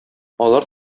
алар